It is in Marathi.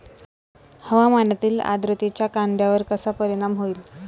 हवामानातील आर्द्रतेचा कांद्यावर कसा परिणाम होईल?